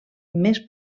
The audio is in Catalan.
més